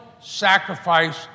sacrifice